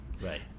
right